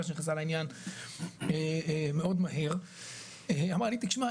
שהיא נכנסה לעניין מאוד מהר והיא אמרה לי "..תשמע,